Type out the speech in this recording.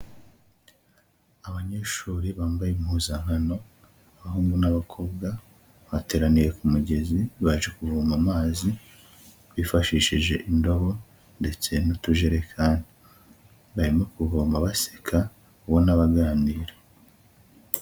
Abanyeshuri bambaye impuzankano abahungu n'abakobwa bateraniye ku mugezi baje kuvoma amazi, bifashishije indobo ndetse n'utujerekani barimo kuvoma baseka ubona baganira.